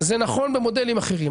זה נכון במודלים אחרים.